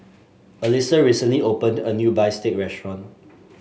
Alisa recently opened a new bistake restaurant